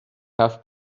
have